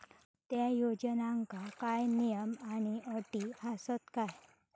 त्या योजनांका काय नियम आणि अटी आसत काय?